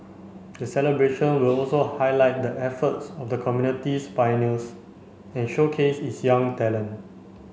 the celebration will also highlight the efforts of the community's pioneers and showcase its young talent